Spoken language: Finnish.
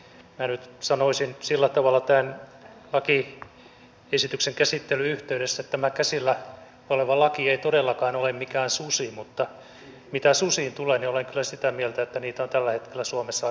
minä nyt sanoisin sillä tavalla tämän lakiesityksen käsittelyn yhteydessä että tämä käsillä oleva laki ei todellakaan ole mikään susi mutta mitä susiin tulee niin olen kyllä sitä mieltä että niitä on tällä hetkellä suomessa aivan liikaa